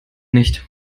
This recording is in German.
nicht